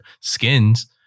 skins